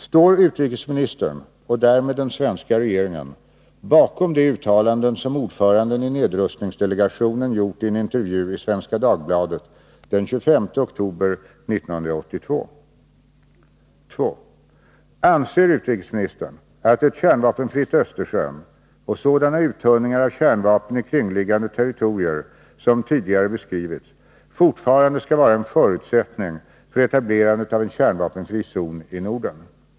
Står utrikesministern, och därmed den svenska regeringen, bakom de uttalanden som ordföranden i nedrustningsdelegationen gjort i en intervju i Svenska Dagbladet den 25 oktober 1982? 2. Anser utrikesministern att ett kärnvapenfritt Östersjön och sådana uttunningar av kärnvapen i kringliggande territorier som tidigare beskrivits fortfarande skall vara en förutsättning för etablerandet av en kärnvapenfri zon i Norden?